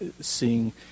seeing